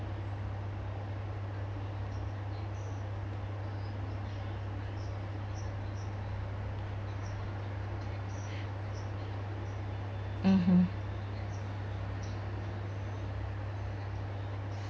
mmhmm